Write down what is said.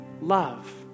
love